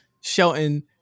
Shelton